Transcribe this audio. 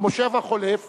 במושב החולף